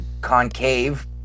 concave